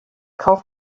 kauf